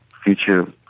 future